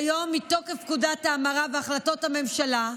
כיום, מתוקף פקודת ההמרה והחלטות הממשלה,